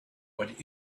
what